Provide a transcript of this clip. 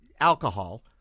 alcohol